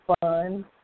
fun